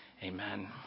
Amen